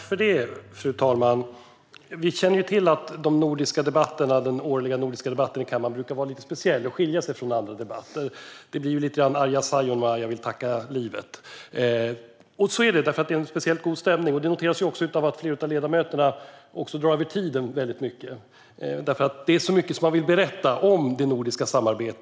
Fru talman! Vi känner till att den årliga nordiska debatten i kammaren brukar vara lite speciell och skilja sig från andra debatter. Det blir lite grann av Arja Saijonmaa och Jag vill tacka livet . Det är så därför att det är en speciellt god stämning. Det noterar man också när man märker att flera av ledamöterna drar över talartiden. Det är så mycket som man vill berätta om det nordiska samarbetet.